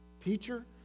Teacher